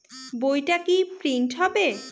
বইটা কি প্রিন্ট হবে?